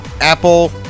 apple